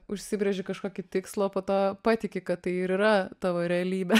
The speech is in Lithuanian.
užsibrėži kažkokį tikslą o po to patiki kad tai ir yra tavo realybė